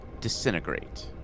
disintegrate